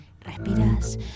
Respiras